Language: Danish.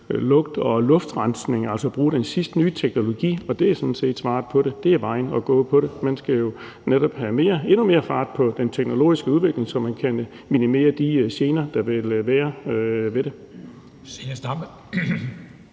lugt og luftrensning, altså ved at bruge den sidste nye teknologi. Og det er sådan set smart; det er vejen at gå på det område. Man skal jo netop have endnu mere fart på den teknologiske udvikling, så man kan minimere de gener, der vil være ved det.